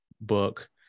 book